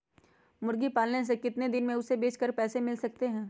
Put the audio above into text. मुर्गी पालने से कितने दिन में हमें उसे बेचकर पैसे मिल सकते हैं?